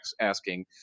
asking